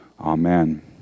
Amen